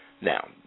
Now